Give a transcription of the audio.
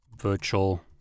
virtual